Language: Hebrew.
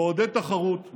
לעודד תחרות,